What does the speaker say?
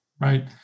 right